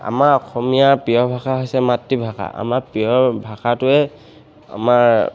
আমাৰ অসমীয়াৰ প্ৰিয় ভাষা হৈছে মাতৃভাষা আমাৰ প্ৰিয় ভাষাটোৱে আমাৰ